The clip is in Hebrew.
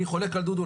אני חולק על דודו,